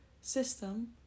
system